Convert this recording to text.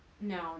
No